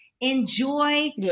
Enjoy